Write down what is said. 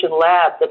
lab